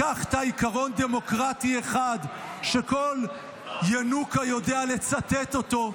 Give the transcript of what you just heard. לקחת עיקרון דמוקרטי אחד שכל ינוקא יודע לצטט אותו,